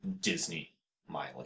Disney-Miley